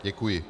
Děkuji.